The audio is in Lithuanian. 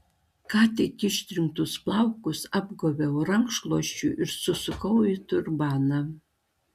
ką tik ištrinktus plaukus apgobiau rankšluosčiu ir susukau į turbaną